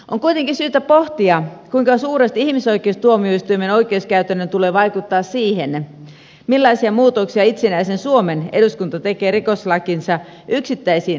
on kuitenkin syytä pohtia kuinka suuresti ihmisoikeustuomioistuimen oikeuskäytännön tulee vaikuttaa siihen millaisia muutoksia itsenäisen suomen eduskunta tekee rikoslakinsa yksittäisiin rangaistusasteikkoihin